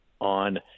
on